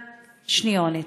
רק שניונת.